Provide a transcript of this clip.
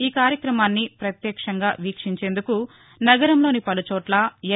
ఈకార్యక్రమాన్ని పత్యక్షంగా వీక్షించేందుకు నగరంలోని పలుచోట్ల ఎల్